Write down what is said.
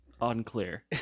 unclear